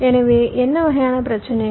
எனவே என்ன வகையான பிரச்சினைகள்